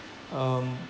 um